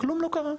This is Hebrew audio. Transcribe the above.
כלום לא קרה.